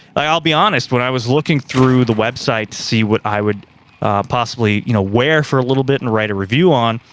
i'll be honest when i was looking through the website to see what i would possibly, you know, wear for a little bit and write a review on,